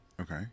okay